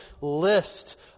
list